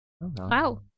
Wow